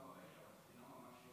אומרים שהבחינה ממש לא בסדר.